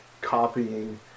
copying